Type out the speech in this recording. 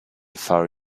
far